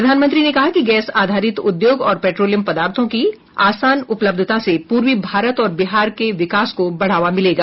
प्रधानमंत्री ने कहा कि गैस आधारित उद्योग और पेट्रोलियम पदार्थों की आसान उपलब्धता से पूर्वी भारत और बिहार के विकास को बढ़ावा मिलेगा